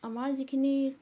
আমাৰ যিখিনি